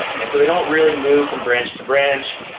and so they don't really move from branch to branch.